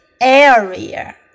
area